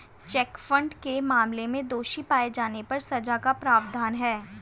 check fraud के मामले में दोषी पाए जाने पर सजा का प्रावधान है